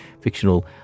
fictional